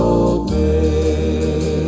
obey